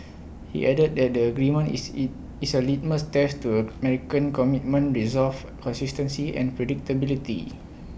he added that the agreement is eat is A litmus test to American commitment resolve consistency and predictability